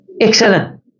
Excellent